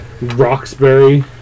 Roxbury